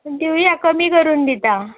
दिवया कमी करून दिता